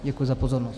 Děkuji za pozornost.